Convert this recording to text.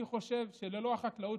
אני חושב שללא החקלאות,